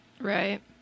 Right